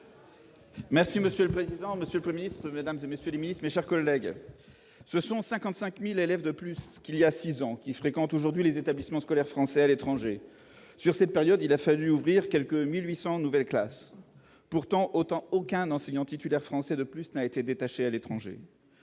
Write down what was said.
Merci monsieur le président, Monsieur le 1er, mesdames et messieurs les Miss, mes chers collègues, ce sont 55000 élèves de plus ce qu'il y a 6 ans, qui fréquentent aujourd'hui les établissements scolaires français à l'étranger sur cette période, il a fallu ouvrir quelque 1800 nouvelles pourtant autant aucun enseignant titulaire français de plus n'a été détaché à l'étranger